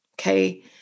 Okay